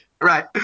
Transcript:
right